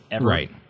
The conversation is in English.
Right